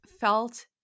felt